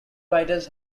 writers